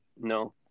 No